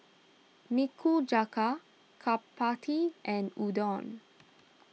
Nikujaga Chapati and Udon